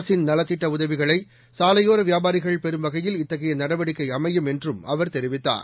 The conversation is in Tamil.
அரசின் நலத்திட்ட உதவிகளை சாலையோர வியாபரிகள் பெறும் வகையில் இத்தகைய நடவடிக்கை அமையும் என்றும் அவர் தெரிவித்தார்